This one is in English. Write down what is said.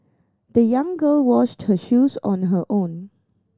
the young girl washed her shoes on her own